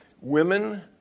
Women